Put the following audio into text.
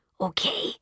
Okay